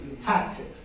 tactic